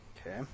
Okay